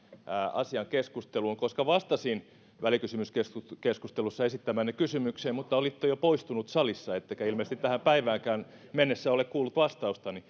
asian keskusteluun koska vastasin välikysymyskeskustelussa esittämäänne kysymykseen mutta olitte jo poistunut salista ettekä ilmeisesti tähän päiväänkään mennessä ole kuullut vastaustani